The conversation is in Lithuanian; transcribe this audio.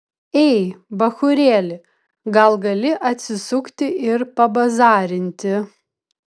ei bachūrėli gal gali atsisukti ir pabazarinti